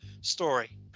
story